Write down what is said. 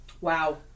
wow